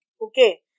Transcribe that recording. okay